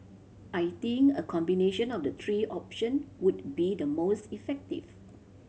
I think a combination of the three option would be the most effective